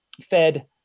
fed